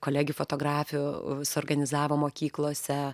kolegių fotografių suorganizavo mokyklose